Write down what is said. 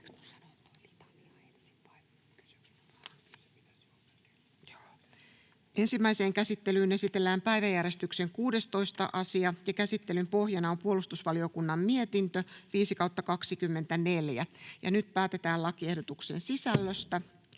Ensimmäiseen käsittelyyn esitellään päiväjärjestyksen 6. asia. Käsittelyn pohjana on valtiovarainvaliokunnan mietintö VaVM 18/2024 vp. Nyt päätetään lakiehdotusten sisällöstä.